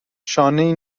شانهای